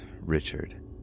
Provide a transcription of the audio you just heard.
Richard